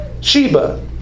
Sheba